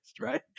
right